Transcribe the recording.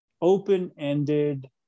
open-ended